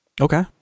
Okay